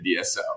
DSO